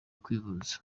kwivuza